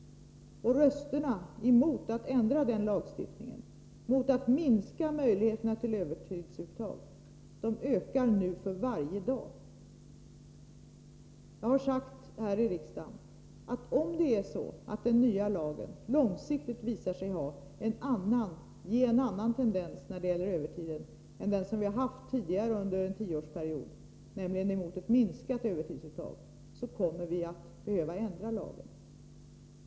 Rösterna för att ändra lagstiftningen, för att minska möjligheterna till övertidsuttag, ökar nu för varje dag. Jag har här i riksdagen sagt att om den nya lagen långsiktigt visar sig ge en annan tendens när det gäller övertiden än den som vi tidigare har haft under en tioårsperiod, nämligen att vi får ett ökat övertidsuttag, kommer vi att behöva ändra lagen.